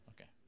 Okay